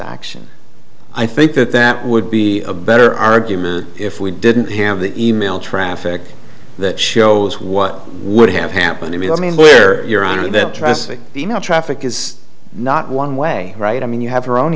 action i think that that would be a better argument if we didn't have the e mail traffic that shows what would have happened to me i mean we're your honor that traffic enough traffic is not one way right i mean you have her own